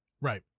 Right